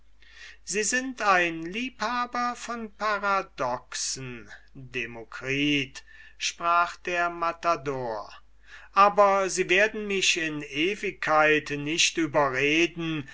sie sind ein liebhaber von paradoxen demokritus sprach der matador aber sie werden mich in ewigkeit nicht überreden